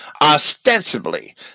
Ostensibly